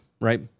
right